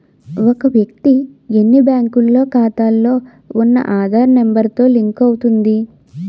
ఒక వ్యక్తి ఎన్ని బ్యాంకుల్లో ఖాతాలో ఉన్న ఆధార్ నెంబర్ తో లింక్ అవుతుంది